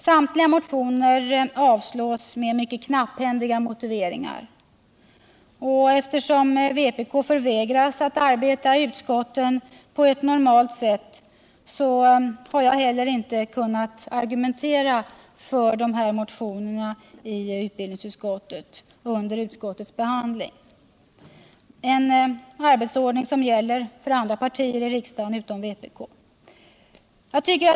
Samtliga motioner avstyrks med mycket knapphändiga motiveringar. Och eftersom vpk förvägras att arbeta i utskotten på ett normalt sätt så har jag heller inte kunnat argumentera för dessa motioner i utbildningsutskottet under utskottsbehandlingen — en arbetsordning som gäller för alla andra partier i riksdagen utom för vpk.